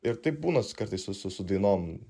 ir taip būna kartais su su su dainom